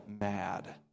mad